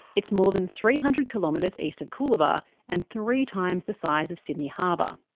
it's more than three hundred kilometres east of coolabah and three times the size of sydney harbour.